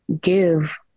give